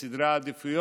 את סדרי העדיפויות,